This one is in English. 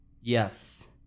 yes